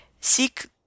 seek